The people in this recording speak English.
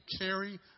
carry